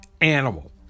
animal